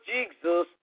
Jesus